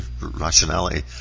rationality